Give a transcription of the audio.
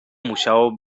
musiało